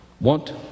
Want